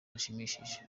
hashimishije